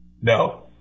No